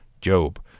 Job